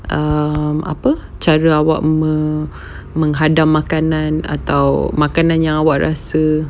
um apa cara awak menghadam makanan atau makanan yang kamu rasa